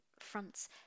fronts